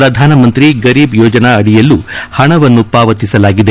ಪ್ರಧಾನಮಂತ್ರಿ ಗರೀಬ್ ಯೋಜನಾ ಅಡಿಯಲ್ಲೂ ಹಣವನ್ನು ಪಾವತಿಸಲಾಗಿದೆ